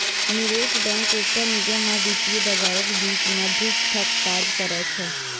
निवेश बैंक एकटा निगम आ वित्तीय बाजारक बीच मध्यस्थक काज करै छै